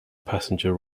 passenger